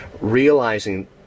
Realizing